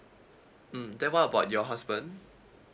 mm then what about your husband